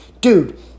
Dude